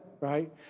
right